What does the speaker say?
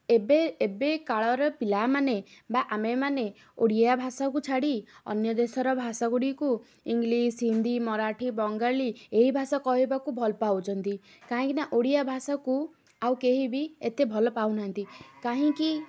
ଏବେ ଏବେ କାଳର ପିଲାମାନେ ବା ଆମେମାନେ ଓଡ଼ିଆ ଭାଷାକୁ ଛାଡ଼ି ଅନ୍ୟ ଦେଶର ଭାଷା ଗୁଡ଼ିକୁ ଇଂଲିଶ୍ ହିନ୍ଦୀ ମରାଠୀ ବଙ୍ଗାଳୀ ଏହି ଭାଷା କହିବାକୁ ଭଲ ପାଉଛନ୍ତି କାହିଁକିନା ଓଡ଼ିଆ ଭାଷାକୁ ଆଉ କେହିବି ଏତେ ଭଲ ପାଉନାହାନ୍ତି କାହିଁକି